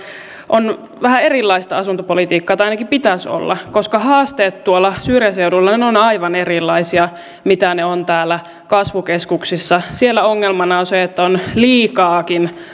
on vähän erilaista asuntopolitiikkaa tai ainakin pitäisi olla koska haasteet tuolla syrjäseuduilla ovat aivan erilaisia kuin ne ovat täällä kasvukeskuksissa siellä ongelmana on se että on liikaakin